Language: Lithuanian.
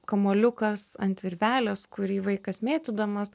kamuoliukas ant virvelės kurį vaikas mėtydamas